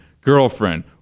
girlfriend